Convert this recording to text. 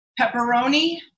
pepperoni